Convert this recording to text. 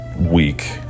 week